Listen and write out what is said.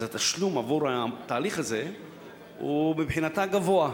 אז התשלום עבור התהליך הזה הוא מבחינתה גבוה,